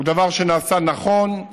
הוא דבר שנעשה נכון.